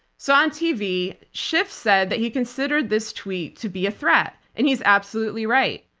so on tv, schiff said that he considered this tweet to be a threat and he's absolutely right.